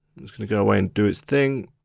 it's gonna go away and do it's thing.